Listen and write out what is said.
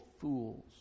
fools